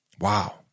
Wow